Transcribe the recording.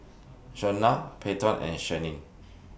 Shawnna Payton and Shianne